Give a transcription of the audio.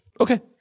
Okay